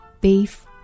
Beef